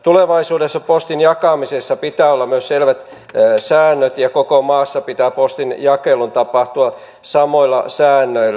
tulevaisuudessa postin jakamisessa pitää olla myös selvät säännöt ja koko maassa pitää postinjakelun tapahtua samoilla säännöillä